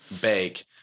bake